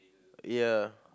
ya